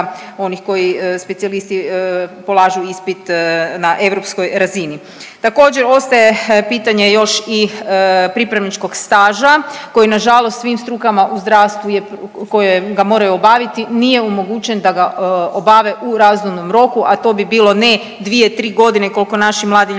onih koji specijalisti polažu ispit na europskoj razini. Također ostaje pitanje još i pripravničkog staža koji na žalost svim strukama u zdravstvu, koje ga moraju obaviti nije omogućen da ga obave u razumnom roku, a to bi bilo ne dvije, tri godine koliko naši mladi